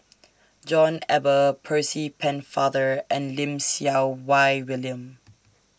John Eber Percy Pennefather and Lim Siew Wai William